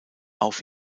auf